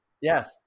Yes